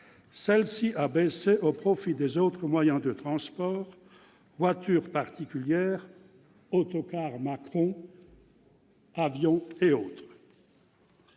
celle-ci a baissé au profit des autres moyens de transport : voitures particulières, autocars Macron et avions, notamment.